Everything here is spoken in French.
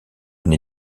une